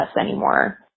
anymore